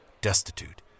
destitute